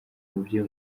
umubyeyi